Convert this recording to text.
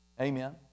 amen